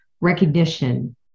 Recognition